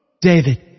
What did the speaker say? David